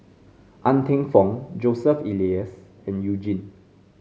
Ng Teng Fong Joseph Elias and You Jin